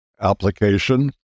application